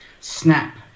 snap